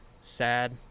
sad